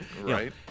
Right